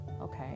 okay